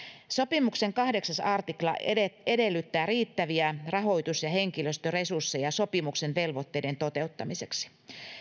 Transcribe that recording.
sopimuksen kahdeksas artikla edellyttää riittäviä rahoitus ja henkilöstöresursseja sopimuksen velvoitteiden toteuttamiseksi